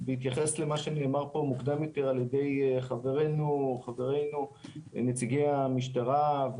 בהתייחס למה שנאמר פה על-ידי חברינו נציגי המשטרה,